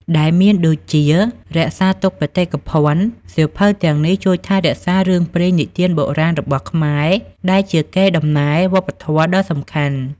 ដែលមានដូចជា រក្សាទុកបេតិកភណ្ឌ សៀវភៅទាំងនេះជួយថែរក្សារឿងព្រេងនិទានបុរាណរបស់ខ្មែរ ដែលជាកេរដំណែលវប្បធម៌ដ៏សំខាន់។